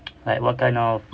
like what kind of